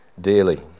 dearly